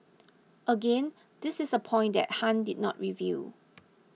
again this is a point that Han did not reveal